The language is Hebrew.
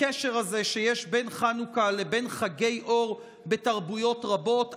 לקשר הזה שיש בין חנוכה לבין חגי אור בתרבויות רבות.